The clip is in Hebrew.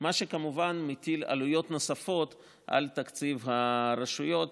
מה שמטיל, כמובן, עלויות נוספות על תקציב הרשויות.